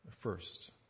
first